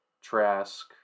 Trask